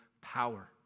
power